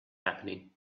happening